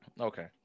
Okay